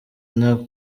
nta